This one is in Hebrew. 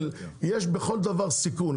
יש בכל דבר סיכון,